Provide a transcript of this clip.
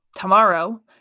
tomorrow